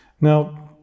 Now